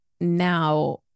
Now